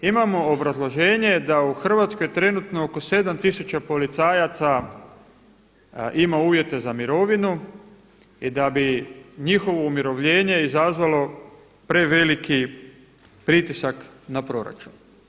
Imamo obrazloženje da u Hrvatskoj trenutno oko 7 tisuća policajaca ima uvjete za mirovinu i da bi njihovo umirovljenje izazvalo preveliki pritisak na proračun.